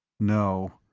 no.